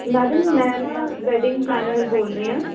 madam ਮੈਂ ਨਾ wedding planner ਬੋਲ ਰਹੀ ਹਾਂ